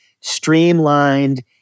streamlined